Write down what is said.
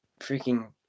freaking